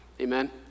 Amen